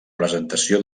presentació